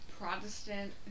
Protestant